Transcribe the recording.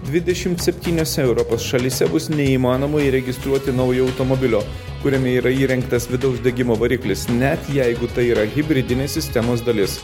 dvidešim septyniose europos šalyse bus neįmanoma įregistruoti naujo automobilio kuriame yra įrengtas vidaus degimo variklis net jeigu tai yra hibridinės sistemos dalis